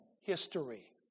history